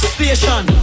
Station